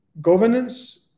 governance